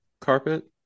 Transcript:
carpet